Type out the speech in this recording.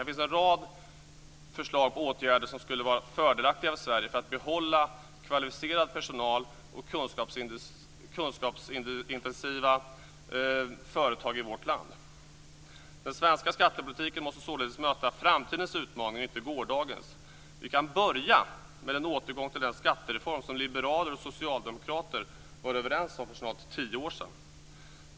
Det finns en rad förslag på åtgärder som skulle vara fördelaktiga för Sverige för att behålla kvalificerad personal och kunskapsintensiva förtag i vårt land. Den svenska skattepolitiken måste således möta framtidens utmaning och inte gårdagens. Vi kan börja med en återgång till den skattereform som liberaler och socialdemokrater var överens om för snart tio år sedan.